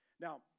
Now